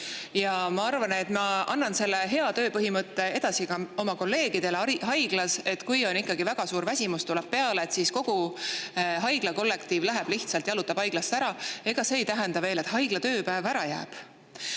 Ma arvan, et ma annan selle hea tööpõhimõtte edasi ka oma kolleegidele haiglas: kui ikkagi väga suur väsimus tuleb peale, siis kogu haigla kollektiiv jalutab lihtsalt haiglast ära, aga ega see ei tähenda veel, et haigla tööpäev ära jääb.